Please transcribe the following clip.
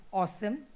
awesome